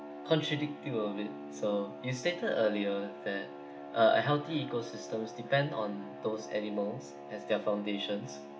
contradictive of it you stated earlier that a healthy ecosystem depends on those animals as their foundation